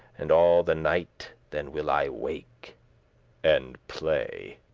and all the night then will i wake and play.